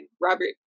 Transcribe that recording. Robert